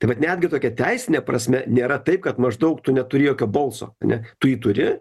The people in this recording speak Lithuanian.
tai vat netgi tokia teisine prasme nėra taip kad maždaug tu neturi jokio balso ane tu jį turi